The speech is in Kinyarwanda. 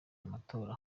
amatora